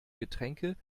getränke